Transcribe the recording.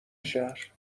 شهر